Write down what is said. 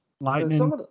lightning